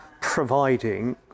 providing